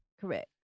Correct